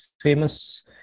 famous